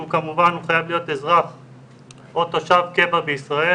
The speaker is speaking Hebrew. שהוא כמובן חייב להיות אזרח או תושב קבע בישראל,